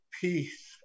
peace